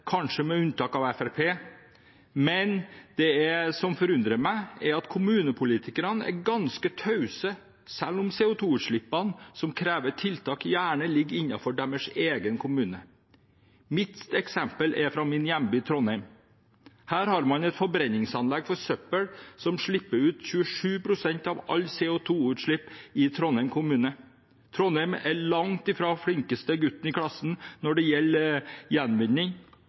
kanskje med unntak av Fremskrittspartiet, men det som forundrer meg, er at kommunepolitikerne er ganske tause, selv om CO 2 -utslippene som krever tiltak, gjerne ligger innenfor deres egen kommune. Mitt eksempel er fra min hjemby Trondheim. Her har man et forbrenningsanlegg for søppel som slipper ut 27 pst. av alt CO 2 -utslipp i Trondheim kommune. Trondheim er langt fra den flinkeste gutten i klassen når det gjelder gjenvinning.